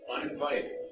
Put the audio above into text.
uninvited